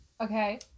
Okay